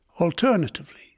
Alternatively